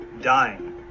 dying